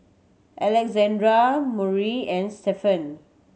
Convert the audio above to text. Alexandra Murry and Stephan